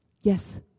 Yes